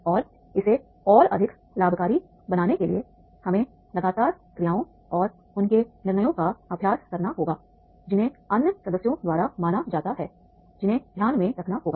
और इसे और अधिक लाभकारी बनाने के लिए हमें लगातार क्रियाओं और उनके निर्णयों का अभ्यास करना होगा जिन्हें अन्य सदस्यों द्वारा माना जाता है जिन्हें ध्यान में रखना होगा